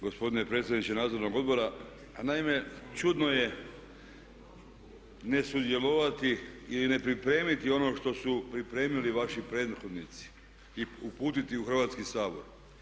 Gospodine predsjedniče Nadzornog odbora, naime čudno je ne sudjelovati ili ne pripremiti ono što su pripremili vaši prethodnici i uputiti u Hrvatski sabor.